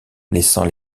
laissant